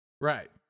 Right